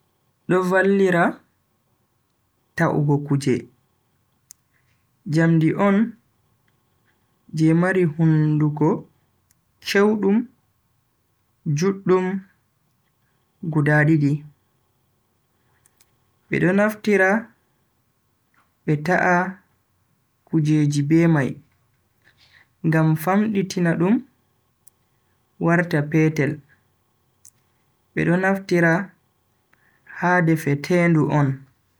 Do vallira ta'ugo kuje. jamdi on je mari hunduko chewdum juddum guda didi, be do naftira be ta'a kujeji be mai ngam famditina dum warta petel. bedo naftira ha defetendu on.